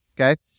okay